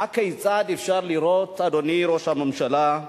הכיצד אפשר לראות, אדוני ראש הממשלה,